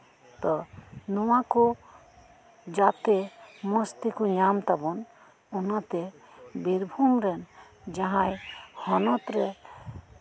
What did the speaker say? ᱛᱚ ᱱᱚᱣᱟ ᱠᱚ ᱡᱟᱛᱮ ᱢᱚᱸᱡᱽ ᱛᱮᱠᱚ ᱧᱟᱢ ᱛᱟᱵᱚᱱ ᱚᱱᱟᱛᱮ ᱵᱤᱨᱵᱷᱩᱢ ᱨᱮᱱ ᱡᱟᱸᱦᱟᱭ ᱦᱚᱱᱚᱛ ᱨᱮ